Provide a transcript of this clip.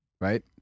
right